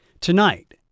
Tonight